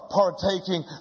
partaking